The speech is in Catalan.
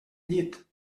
llit